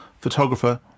photographer